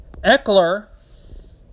Eckler